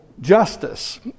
justice